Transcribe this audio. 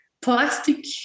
plastic